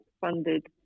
funded